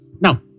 Now